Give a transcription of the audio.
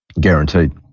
guaranteed